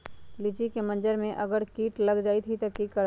लिचि क मजर म अगर किट लग जाई त की करब?